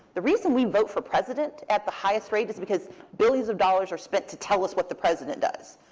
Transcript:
the reason we vote for president at the highest rate is because billions of dollars are spent to tell us what the president does.